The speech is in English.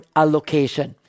allocation